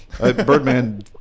Birdman